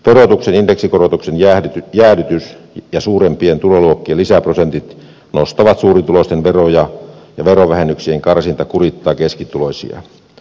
verotuksen indeksikorotuksen jäädytys ja suurempien tuloluokkien lisäprosentit nostavat suurituloisten veroja ja verovähennyksien karsinta kurittaa keskituloisia